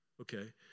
Okay